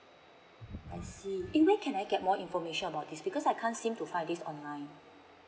I see anyway can I get more information about this because I can't seem to find this online